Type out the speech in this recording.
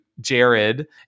jared